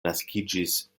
naskiĝis